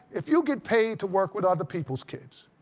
if you get paid to work with other people's kids,